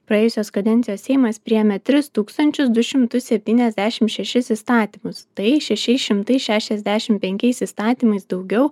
praėjusios kadencijos seimas priėmė tris tūkstančius du šimtus septyniasdešim šešis įstatymus tai šešiais šimtais šešiasdešim penkiais įstatymais daugiau